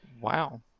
Wow